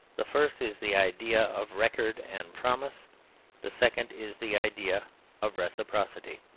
the first is the idea of record and promise the second is the idea of reciprocity.